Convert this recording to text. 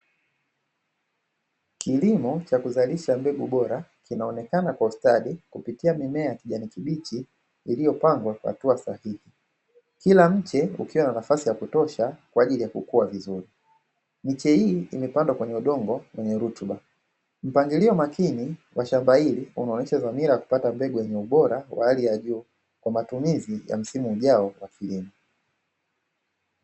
Kilimo cha kuzalisha mbegu bora zinaonekana kwa ustadi kupitia mimea ya kijamii iliyopangwa kwa hatua sahihi, kila mche ukiwa na nafasi ya kutosha kwa ajili ya kukua vizuri, miche imepandwa kwenye udongo wenye rutuba, mpangilio makini wa shamba hili umeonyesha dhamira kupata mbegu yenye ubora wa hali ya juu kwa matumizi ya msimu ujao kwa kilimo.